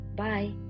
bye